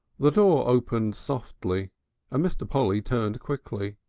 the door opened softly and mr. polly turned quickly.